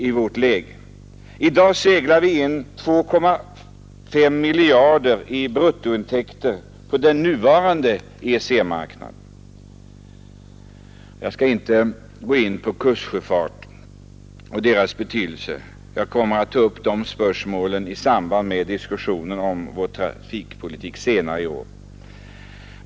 I dag seglar vi in 2,5 miljarder kronor i bruttointäkter på den nuvarande EEC-marknaden. Jag skall inte gå in på kustsjöfarten och dess betydelse. Jag kommer att ta upp de spörsmålen i samband med debatten om vår trafikpolitik senare i år.